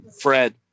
Fred